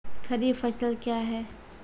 खरीफ फसल क्या हैं?